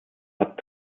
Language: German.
hat